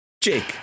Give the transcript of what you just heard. Jake